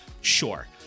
sure